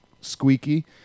squeaky